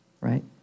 right